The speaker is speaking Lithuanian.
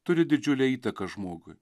turi didžiulę įtaką žmogui